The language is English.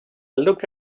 look